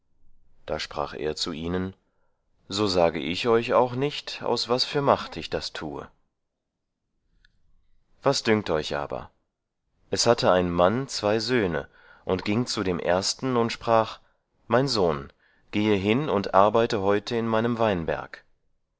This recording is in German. da sprach er zu ihnen so sage ich euch auch nicht aus was für macht ich das tue was dünkt euch aber es hatte ein mann zwei söhne und ging zu dem ersten und sprach mein sohn gehe hin und arbeite heute in meinem weinberg